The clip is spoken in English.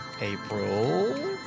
April